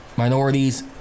minorities